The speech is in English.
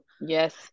yes